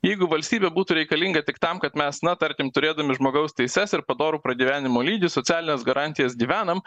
jeigu valstybė būtų reikalinga tik tam kad mes na tarkim turėdami žmogaus teises ir padorų pragyvenimo lygį socialines garantijas gyvenam